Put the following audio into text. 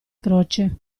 croce